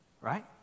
right